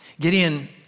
Gideon